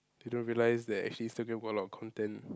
you don't realize that actually Instagram got a lot of content